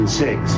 six